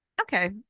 Okay